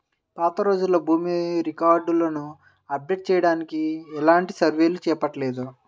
పాతరోజుల్లో భూమి రికార్డులను అప్డేట్ చెయ్యడానికి ఎలాంటి సర్వేలు చేపట్టలేదు